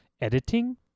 editing